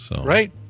Right